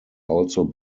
also